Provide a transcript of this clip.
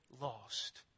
lost